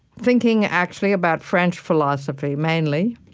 thinking, actually, about french philosophy, mainly,